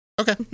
okay